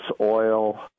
oil